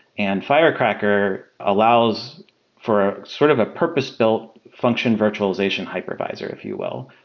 and firecracker allows for sort of a purpose built function virtualization hypervisor if you will,